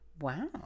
Wow